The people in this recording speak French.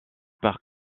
par